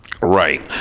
right